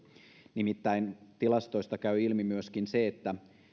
nimittäin tilastoista käy ilmi myöskin se että